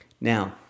Now